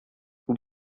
vous